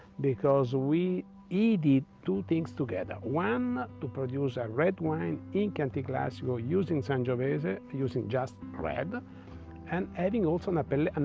because we needed two things together. one, to produce a red wine in chianti classico using sangiovese using just red, and adding also an ah and